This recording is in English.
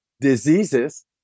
diseases